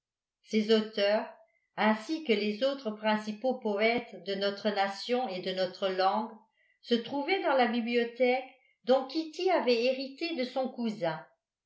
ces auteurs ainsi que les autres principaux poètes de notre nation et de notre langue se trouvaient dans la bibliothèque dont kitty avait hérité de son cousin